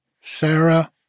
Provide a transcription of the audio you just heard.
Sarah